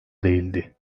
değildi